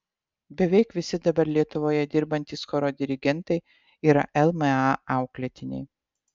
beveik visi dabar lietuvoje dirbantys choro dirigentai yra lma auklėtiniai